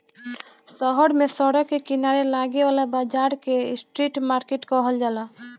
शहर में सड़क के किनारे लागे वाला बाजार के स्ट्रीट मार्किट कहल जाला